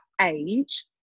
age